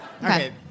Okay